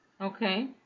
Okay